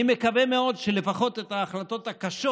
אני מקווה מאוד שלפחות את ההחלטות הקשות,